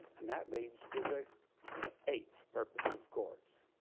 and that leads to the eighth purpose of courts.